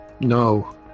No